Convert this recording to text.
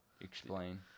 Explain